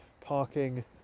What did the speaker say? parking